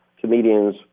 comedians